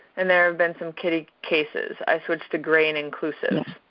and there have been some kitty cases. i switched to grain-inclusive.